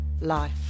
life